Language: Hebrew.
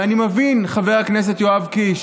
אני מבין, חבר הכנסת יואב קיש,